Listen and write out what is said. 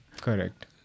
Correct